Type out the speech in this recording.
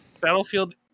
Battlefield